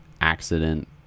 accident